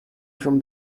from